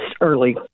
early